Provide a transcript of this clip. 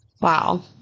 Wow